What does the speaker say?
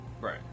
Right